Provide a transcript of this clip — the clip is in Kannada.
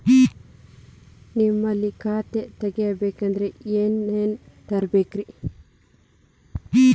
ನಿಮ್ಮಲ್ಲಿ ಖಾತಾ ತೆಗಿಬೇಕಂದ್ರ ಏನೇನ ತರಬೇಕ್ರಿ?